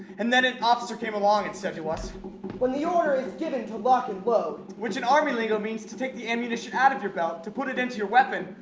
and then an officer came along and said to us when the order is given to lock and load which in army lingo means to take the ammunition out of your belt to put it into your weapon,